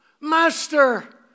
Master